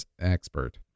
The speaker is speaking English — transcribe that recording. expert